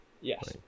Yes